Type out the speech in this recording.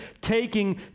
taking